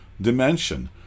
dimension